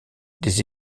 des